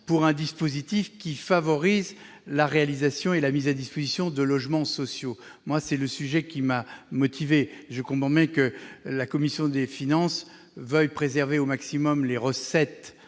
pour un dispositif qui favorise la réalisation et la mise à disposition de logements sociaux. C'est ce qui a motivé la rédaction de cet article. Je comprends bien que la commission des finances veuille préserver au maximum les recettes